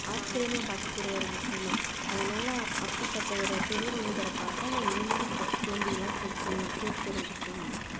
ஆர்ச்சிரியமா பார்க்கக்கூடிய ஒரு விஷயம் தான் அதனால் அப்படிப்பட்ட ஒரு பெரிய மனிதரை பார்த்தா நான் இந்த மாதிரி ப கேள்விகளெலாம் கேட்கணும் கேட்டு தெரிஞ்சுக்கிக்கணும்னு நினைப்பேன்